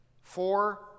four